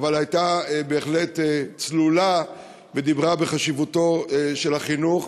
אבל בהחלט בדעה צלולה דיברה בחשיבותו של החינוך.